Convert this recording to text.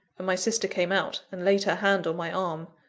and my sister came out and laid her hand on my arm.